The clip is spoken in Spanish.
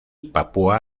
papúa